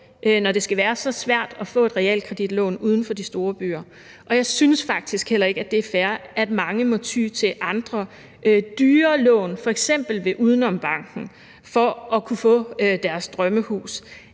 når det skal være så svært at få et realkreditlån uden for de store byer, og jeg synes faktisk heller ikke, at det er fair, at mange må ty til andre, dyrere lån, f.eks. lån uden om banken, for at kunne få deres drømmehus.